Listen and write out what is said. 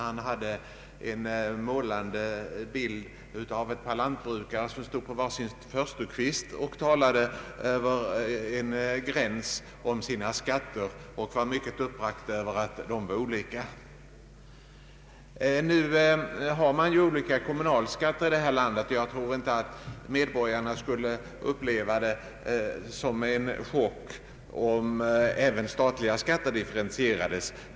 Han gav en målande bild av ett par lantbrukare, som stod på var sin förstukvist och talade över stödområdsgränsen om sina skatter. De var mycket uppbragta över att skatterna var olika. Redan nu har vi olika kommunalskatter i det här landet. Jag tror inte att medborgarna skulle uppleva det som en chock om även statliga skatter differentierades.